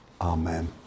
Amen